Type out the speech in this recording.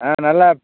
ஆ நல்லா